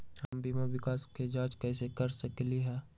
हम बीमा विकल्प के जाँच कैसे कर सकली ह?